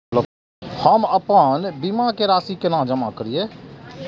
हम आपन बीमा के राशि केना जमा करिए?